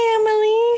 Emily